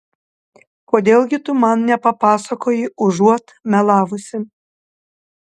kodėl gi tu man nepapasakoji užuot melavusi